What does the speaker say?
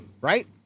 right